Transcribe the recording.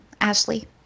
Ashley